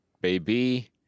baby